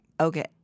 Okay